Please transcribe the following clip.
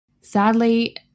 sadly